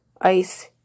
ICE